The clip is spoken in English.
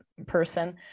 person